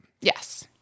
yes